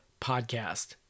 podcast